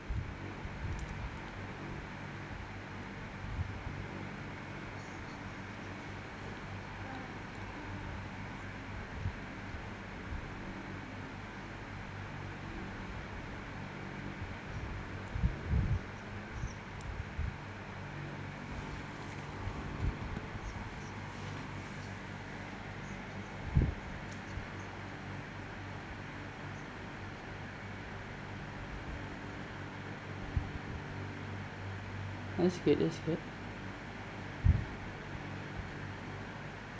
I see that's good